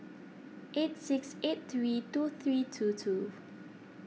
eight six eight three two three two two